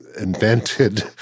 invented